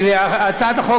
הצעת החוק,